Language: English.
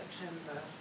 September